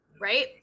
right